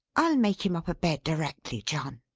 i'll make him up a bed, directly, john.